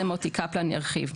בזה מוטי קפלן ירחיב.